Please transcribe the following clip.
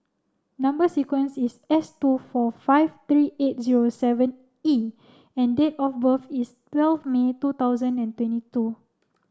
number sequence is S two four five three eight zero seven E and date of birth is twelve May two thousand and twenty two